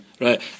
right